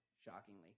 shockingly